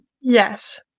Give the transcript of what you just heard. Yes